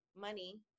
money